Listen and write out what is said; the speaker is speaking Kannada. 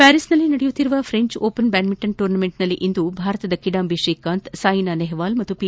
ಪ್ನಾರಿಸ್ನಲ್ಲಿ ನಡೆಯುತ್ತಿರುವ ಫ್ರೆಂಚ್ ಓಪನ್ ಬ್ನಾಡ್ಮಿಂಟನ್ ಟೂರ್ನಿಯಲ್ಲಿಂದು ಭಾರತದ ಕಿಡಂಬಿ ಶ್ರೀಕಾಂತ್ ಸ್ವೆನಾ ನೆಹ್ಲಾಲ್ ಮತ್ತು ಪಿ